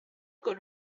con